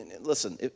listen